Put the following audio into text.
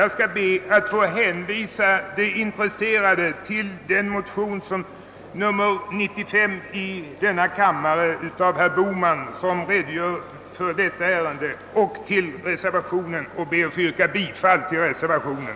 Jag skall be att få hänvisa de intresserade till den motion, nr 95 i denna kammare av Jag ber att få yrka bifall till reservationen.